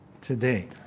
today